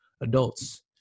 adults